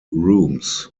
rooms